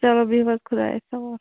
چلو بِہیٛو حظ خۄدایَس حوالہٕ